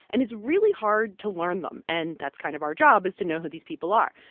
and it's really hard to learn them. and that's kind of our job is to know who these people are.